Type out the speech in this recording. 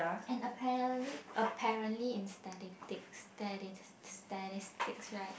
and apparently apparently in statistics statis~ statistics right